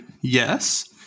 yes